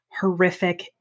horrific